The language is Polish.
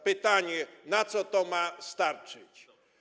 Pytanie: Na co to ma starczyć?